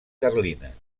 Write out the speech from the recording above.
carlines